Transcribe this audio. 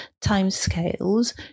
timescales